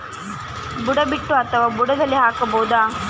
ಬುಡ ಬಿಟ್ಟು ಅಥವಾ ಬುಡದಲ್ಲಿ ಹಾಕಬಹುದಾ?